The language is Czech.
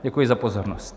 Děkuji za pozornost.